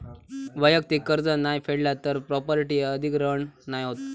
वैयक्तिक कर्ज नाय फेडला तर प्रॉपर्टी अधिग्रहण नाय होत